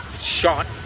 shot